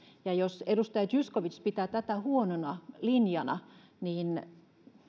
ja jos edustaja zyskowicz pitää tätä huonona linjana niin